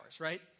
right